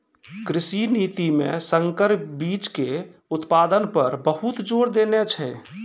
कृषि नीति मॅ संकर बीच के उत्पादन पर बहुत जोर देने छै